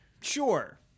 Sure